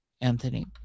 Anthony